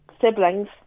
siblings